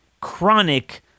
chronic